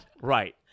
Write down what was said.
Right